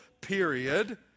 period